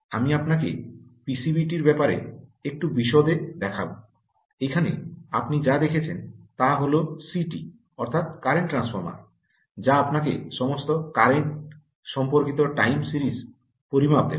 আমি আপনাকে পিসিবিটির ব্যাপারে একটু বিশদে দেখাব এখানে আপনি যা দেখছেন তা হল সিটি অর্থাৎ কারেন্ট ট্রান্সফরমার যা আপনাকে সমস্ত কারেন্ট সম্পর্কিত টাইম সিরিজ পরিমাপ দেবে